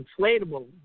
inflatable